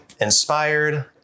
inspired